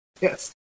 Yes